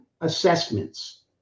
assessments